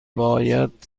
باید